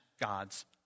God's